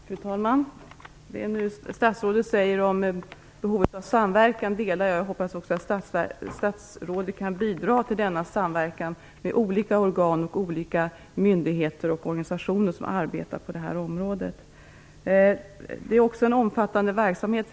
Fru talman! Jag håller med om det statsrådet nu säger om behovet av samverkan, och jag hoppas också att statsrådet kan bidra till denna samverkan mellan olika organ, myndigheter och organisationer som arbetar på det här området. Hälso och sjukvård är ju också en omfattande verksamhet.